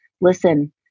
Listen